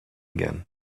again